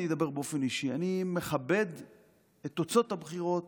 אני אדבר באופן אישי: אני מכבד את תוצאות הבחירות,